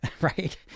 right